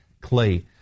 clay